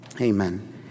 Amen